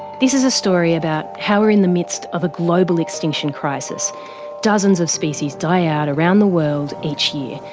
this is a story about how we're in the midst of a global extinction crisis dozens of species die out around the world each year.